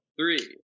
three